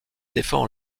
défend